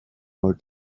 more